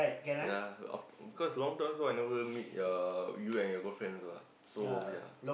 ya of of course long time also I never meet your you and your girlfriend also ah so ya